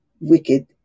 wicked